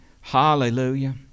Hallelujah